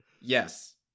Yes